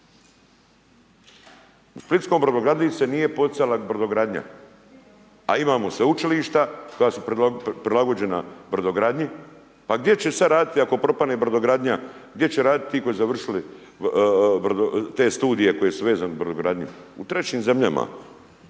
U splitskom brodogradilištu se nije poticala brodogradnja, a imamo sveučilišta koja su prilagođena brodogradnji, pa gdje će sada raditi ako propadne brodogradnja, gdje e raditi ti koji su završili te studije koje su vezane za brodogradnju. U trećim zemljama.